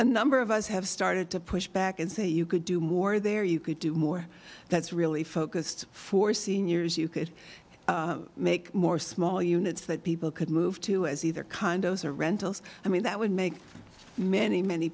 a number of us have started to push back and say you could do more there you could do more that's really focused for seniors you could make more small units that people could move to as either condos or rentals i mean that would make many many